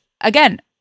again